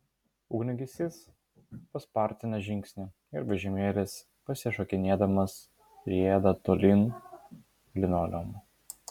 ugniagesys paspartina žingsnį ir vežimėlis pasišokinėdamas rieda tolyn linoleumu